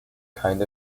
kind